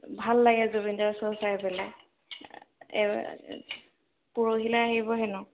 ভাল লাগে জুবিনদাৰ শ্ব' চাই পেলাই পৰহিলে আহিব হেনো